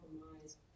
compromise